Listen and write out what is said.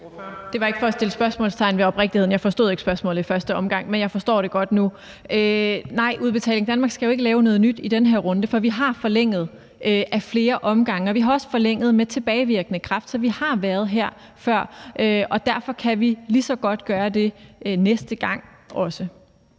Det var ikke for at sætte spørgsmålstegn ved oprigtigheden. Jeg forstod ikke spørgsmålet i første omgang, men jeg forstår det godt nu. Nej, Udbetaling Danmark skal jo ikke lave noget nyt i den her runde, for vi har forlænget ad flere omgange, og vi har også forlænget med tilbagevirkende kraft, så vi har været her før. Derfor kan vi lige så godt gøre det næste gang også.